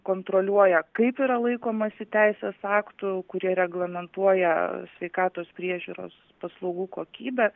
kontroliuoja kaip yra laikomasi teisės aktų kurie reglamentuoja sveikatos priežiūros paslaugų kokybę